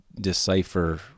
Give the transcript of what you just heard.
decipher